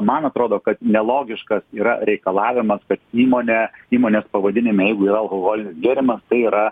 man atrodo kad nelogiškas yra reikalavimas kad įmonė įmonės pavadinime jeigu yra alkoholinis gėrimas tai yra